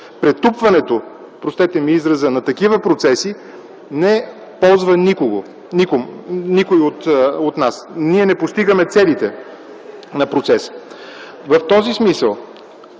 Претупването, простете ми израза, на такива процеси не ползва никого от нас. Ние не постигаме целите на процеса.